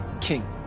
king